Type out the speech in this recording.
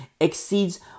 exceeds